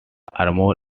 armor